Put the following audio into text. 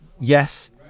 yes